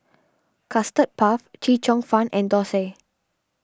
Custard Puff Chee Cheong Fun and Thosai